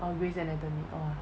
oh grey's anatomy oh